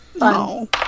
No